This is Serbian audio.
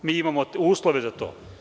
Mi imamo uslove za to.